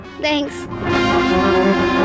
Thanks